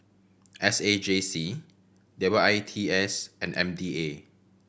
S A J C W I T S and M D A